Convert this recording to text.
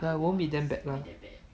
ya won't be that bad lah